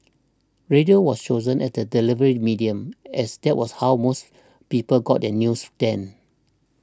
radio was chosen as the delivery medium as that was how most people got their news then